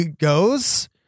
goes